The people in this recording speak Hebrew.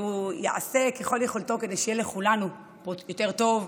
שהוא יעשה ככל יכולתו כדי שיהיה לכולנו פה יותר טוב,